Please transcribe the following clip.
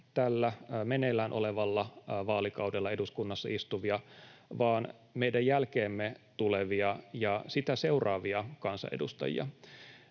tällä meneillään olevalla vaalikaudella eduskunnassa istuvia, vaan meidän jälkeemme tulevia ja sitä seuraavia kansanedustajia.